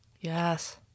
yes